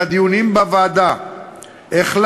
היא חלק ממסע גדול שאנחנו עושים בשנה האחרונה בתוך הכנסת,